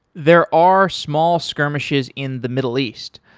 there are small skirmishes in the middle east,